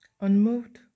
unmoved